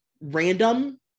random